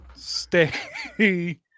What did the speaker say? stay